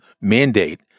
mandate